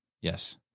Yes